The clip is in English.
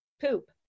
poop